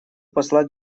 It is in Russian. посла